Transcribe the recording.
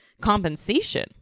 compensation